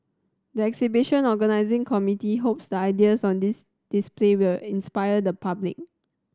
the exhibition organising committee hopes the ideas on dis display will inspire the public